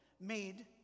made